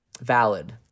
valid